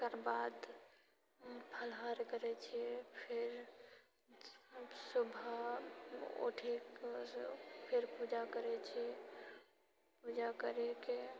ओकर बाद फलाहार करैत छियै फिर सुबह उठि कर फिर पूजा करैत छी पूजा करिके